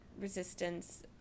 Resistance